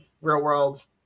real-world